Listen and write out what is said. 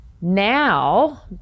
now